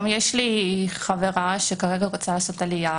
גם יש לי חברה שכרגע רוצה לעשות עלייה